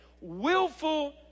Willful